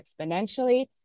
exponentially